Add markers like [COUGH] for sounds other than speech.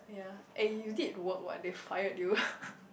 yea and you did work what they fired you [LAUGHS]